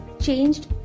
changed